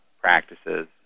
practices